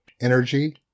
energy